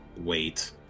wait